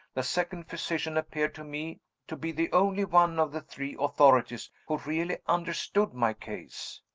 the second physician appeared to me to be the only one of the three authorities who really understood my case.